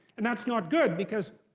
and that's not good because